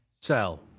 Sell